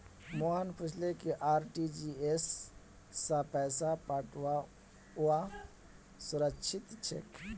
मोहन पूछले कि आर.टी.जी.एस स पैसा पठऔव्वा सुरक्षित छेक